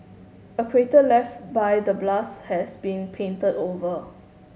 a crater left by the blast has been painted over